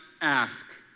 ask